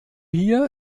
hier